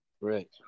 Right